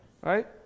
right